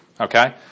Okay